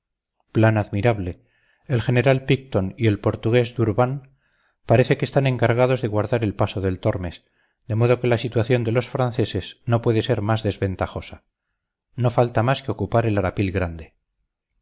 plan admirable el general picton y el portugués d'urban parece que están encargados de guardar el paso del tormes de modo que la situación de los franceses no puede ser más desventajosa no falta más que ocupar el arapil grande